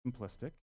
simplistic